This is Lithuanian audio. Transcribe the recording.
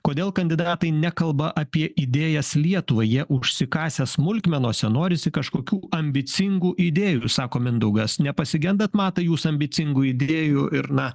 kodėl kandidatai nekalba apie idėjas lietuvai jie užsikasę smulkmenose norisi kažkokių ambicingų idėjų sako mindaugas nepasigendat matai jūs ambicingų idėjų ir na